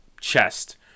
chest